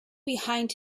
behind